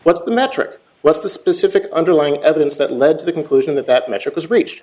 the metric what's the specific underlying evidence that led to the conclusion that that metric was reach